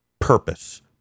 purpose